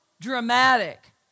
dramatic